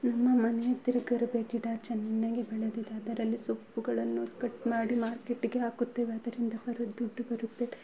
ನಮ್ಮ ಮನೆ ಹತ್ತಿರ ದರ್ಬೆ ಗಿಡ ಚೆನ್ನಾಗಿ ಬೆಳೆದಿದೆ ಅದರಲ್ಲಿ ಸೊಪ್ಪುಗಳನ್ನು ಕಟ್ ಮಾಡಿ ಮಾರ್ಕೆಟಿಗೆ ಹಾಕುತ್ತೇವೆ ಅದರಿಂದ ಬರೋ ದುಡ್ಡು ಬರುತ್ತದೆ